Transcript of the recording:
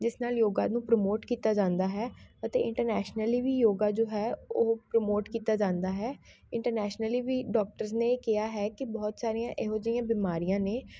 ਜਿਸ ਨਾਲ ਯੋਗਾ ਨੂੰ ਪ੍ਰਮੋਟ ਕੀਤਾ ਜਾਂਦਾ ਹੈ ਅਤੇ ਇੰਟਰਨੈਸ਼ਨਲੀ ਵੀ ਯੋਗਾ ਜੋ ਹੈ ਉਹ ਪ੍ਰਮੋਟ ਕੀਤਾ ਜਾਂਦਾ ਹੈ ਇੰਟਰਨੈਸ਼ਨਲੀ ਵੀ ਡੋਕਟਰਸ ਨੇ ਇਹ ਕਿਹਾ ਹੈ ਕਿ ਬਹੁਤ ਸਾਰੀਆਂ ਇਹੋ ਜਿਹੀਆਂ ਬਿਮਾਰੀਆਂ ਨੇ